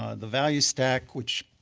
ah the value stack which